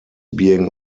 being